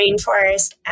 Rainforest